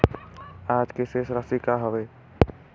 आज के शेष राशि का हवे?